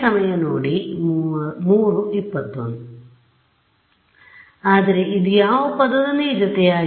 ಹೌದು ಆದರೆ ಇದು ಯಾವ ಪದದೊಂದಿಗೆ ಜೊತೆಯಾಗಿದೆ